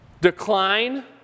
Decline